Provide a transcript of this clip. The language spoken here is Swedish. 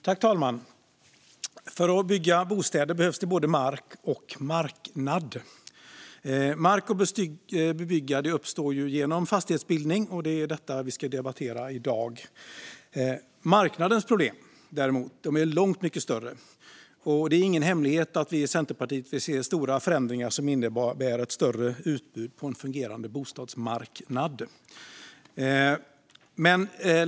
Fru talman! För att bygga bostäder behövs både mark och marknad. Mark att bebygga uppstår genom fastighetsbildning, och det är detta vi ska debattera i dag. Marknadens problem är långt större, och det är ingen hemlighet att vi i Centerpartiet vill se stora förändringar som innebär ett större utbud på en fungerande bostadsmarknad.